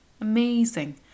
amazing